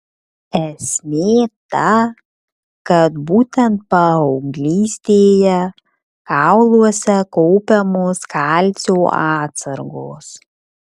esmė ta kad būtent paauglystėje kauluose kaupiamos kalcio atsargos